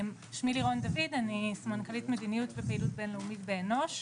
שמי לירון דוד אני סגנית בינלאומית לפעילות באנוש,